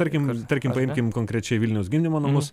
tarkim tarkim paimkim konkrečiai vilniaus gimdymo namus